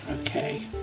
Okay